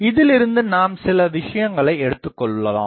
இதிலிருந்து நாம் சில விஷயங்களை எடுத்துக்கொள்ளலாம்